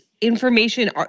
information